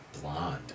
blonde